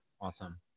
Awesome